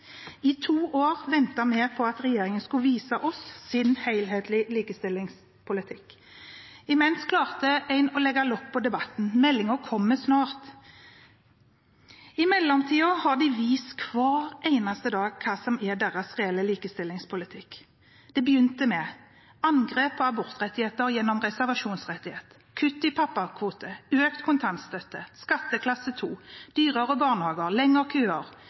I to år ventet vi på at regjeringen skulle vise oss sin helhetlige likestillingspolitikk. Imens klarte de å legge lokk på debatten – meldingen kommer snart! I mellomtiden har de hver eneste dag vist hva som er deres reelle likestillingspolitikk. Det begynte med angrep på abortrettigheter gjennom reservasjonsretten, kutt i pappakvoten, økt kontantstøtte, skatteklasse 2, dyrere barnehager